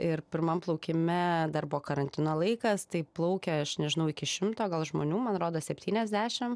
ir pirmam plaukime dar buvo karantino laikas tai plaukia aš nežinau iki šimto gal žmonių man rodos septyniasdešim